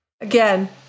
Again